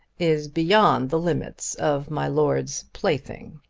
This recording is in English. is beyond the limits of my lord's plaything.